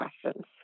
questions